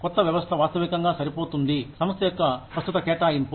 కొత్త వ్యవస్థ వాస్తవికంగా సరిపోతుంది సంస్థ యొక్క ప్రస్తుత కేటాయింపు